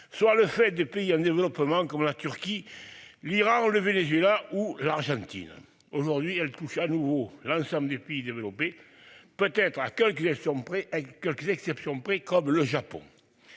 Soit le fait des pays en développement comme la Turquie l'Iran le Venezuela ou l'Argentine. Aujourd'hui elle touche à nouveau l'ensemble des pays développés peut-être à calculé sur à quelques exceptions près comme le Japon.